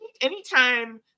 Anytime